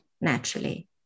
naturally